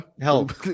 Help